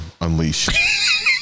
unleashed